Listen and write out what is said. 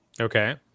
Okay